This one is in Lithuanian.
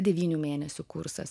devynių mėnesių kursas